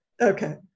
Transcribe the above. Okay